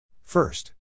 First